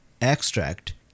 extract